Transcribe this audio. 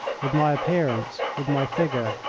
with my appearance, with my figure,